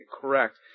correct